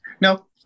no